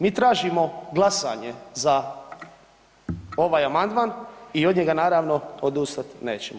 Mi tražimo glasanje za ovaj amandman i od njega naravno odustat nećemo.